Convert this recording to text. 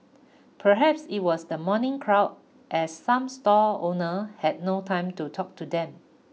perhaps it was the morning crowd as some stall owner had no time to talk to them